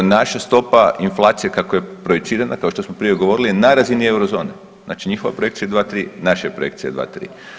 Naša stopa inflacije kako je projicirana, kao što smo prije govorili, je na razini eurozone, znači njihova projekcija 2,3, naša je projekcija 2,3.